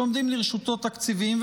שעומדים לרשותו תקציבים.